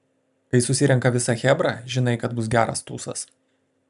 kai susirenka visa chebra žinai kad bus geras tūsas